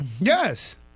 Yes